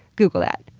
google that.